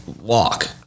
walk